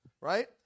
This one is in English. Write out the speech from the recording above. right